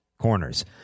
corners